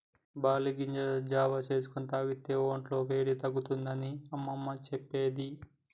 barley గింజలతో జావా చేసుకొని తాగితే వొంట్ల వేడి తగ్గుతుంది అని అమ్మమ్మ చెప్పేది